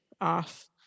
off